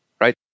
right